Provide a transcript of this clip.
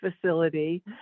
facility